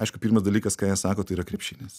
aišku pirmas dalykas ką jie sako tai yra krepšinis